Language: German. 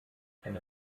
eine